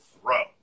throw